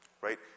right